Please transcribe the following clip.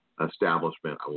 establishment